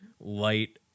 Light